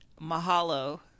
mahalo